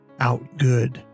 outgood